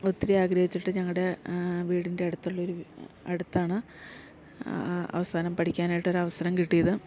ഒത്തിരി ആഗ്രഹിച്ചിട്ട് ഞങ്ങളുടെ വീടിൻ്റെ അടുത്തൊള്ളൊരു അടുത്താണ് അവസാനം പഠിക്കാനായിട്ടൊരവസരം കിട്ടിയത്